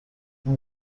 این